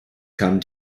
kam